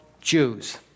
Jews